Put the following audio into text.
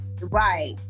right